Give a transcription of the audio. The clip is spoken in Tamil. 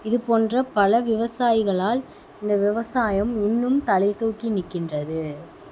இது போன்ற பல விவசாயிகளால் இந்த விவசாயம் இன்னும் தலைத்தூக்கி நிற்கின்றது